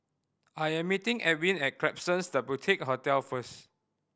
I am meeting Edwin at Klapsons The Boutique Hotel first